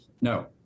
no